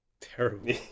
terrible